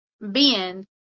bend